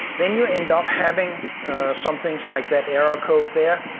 then you end up having some things like that error code there.